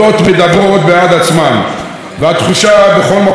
והתחושה בכל מקום שבו אני נמצא היא שמעולם,